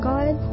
God